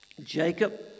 Jacob